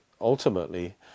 ultimately